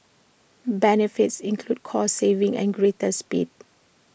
benefits include cost savings and greater speed